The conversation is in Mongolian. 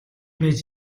байж